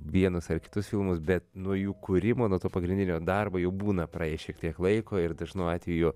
vienus ar kitus filmus bet nuo jų kūrimo nuo to pagrindinio darbo jau būna praėję šiek tiek laiko ir dažnu atveju